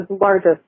largest